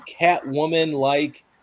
Catwoman-like